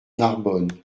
narbonne